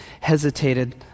hesitated